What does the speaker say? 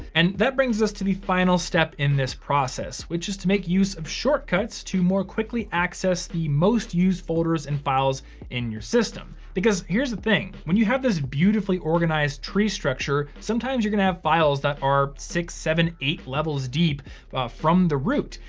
and that brings us to the final step in this process, which is to make use of shortcuts to more quickly access the most used folders and files in your system. because here's the thing, when you have this beautifully organized tree structure, sometimes you're gonna have files that are six, seven, eight levels deep from the root.